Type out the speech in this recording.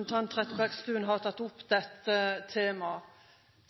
Trettebergstuen har tatt opp dette temaet.